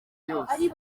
yose